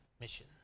mission